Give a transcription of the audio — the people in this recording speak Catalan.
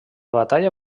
batalla